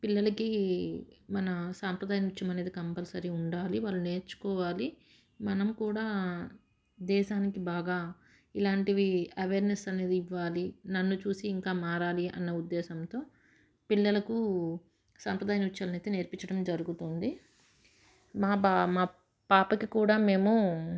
పిల్లలకి మన సాంప్రదాయ నృత్యం అనేది కంపల్సరీ ఉండాలి వాళ్ళు నేర్చుకోవాలి మనం కూడా దేశానికి బాగా ఇలాంటివి అవేర్నెస్ అనేది ఇవ్వాలి నన్ను చూసి ఇంకా మారాలి అన్న ఉద్దేశంతో పిల్లలకు సాంప్రదాయ నృత్యలనైతే నేర్పించడం జరుగుతుంది మా బా మా పాపకి కూడా మేము